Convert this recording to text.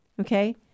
Okay